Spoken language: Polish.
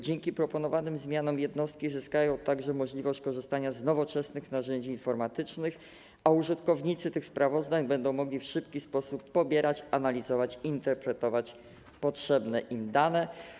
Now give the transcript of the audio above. Dzięki proponowanym zmianom jednostki zyskają także możliwość korzystania z nowoczesnych narzędzi informatycznych, a użytkownicy sprawozdań będą mogli w szybki sposób pobierać, analizować i interpretować potrzebne im dane.